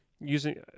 using